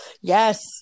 Yes